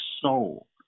soul